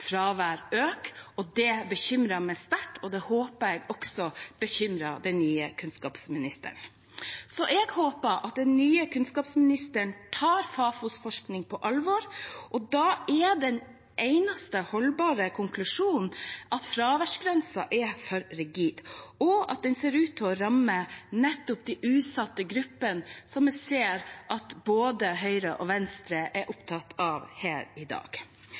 øker. Det bekymrer meg sterkt, og det håper jeg også bekymrer den nye kunnskapsministeren. Jeg håper at den nye kunnskapsministeren tar Fafos forskning på alvor. Da er den eneste holdbare konklusjonen at fraværsgrensen er for rigid, og at den ser ut til å ramme nettopp de utsatte gruppene som vi ser at både Høyre og Venstre er opptatt av her i dag.